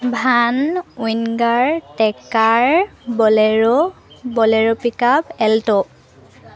van winger trekker Bolero Bolero pickup Alto